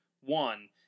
one